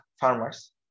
farmers